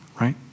right